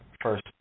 first